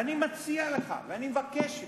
אני מציע לך ואני מבקש ממך,